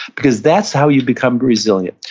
because that's how you become resilient.